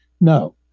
No